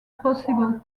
possible